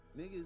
niggas